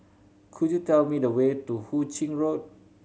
could you tell me the way to Hu Ching Road